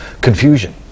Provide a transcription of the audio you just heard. confusion